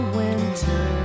winter